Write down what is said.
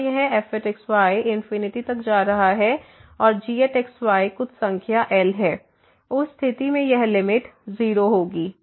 तो यहाँ यह fx y इनफिनिटी तक जा रहा है और gx y कुछ संख्या L है उस स्थिति में यह लिमिट 0 होगी